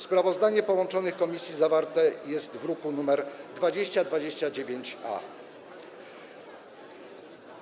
Sprawozdanie połączonych komisji zawarte jest w druku nr 2029-A.